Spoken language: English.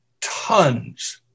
tons